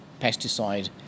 pesticide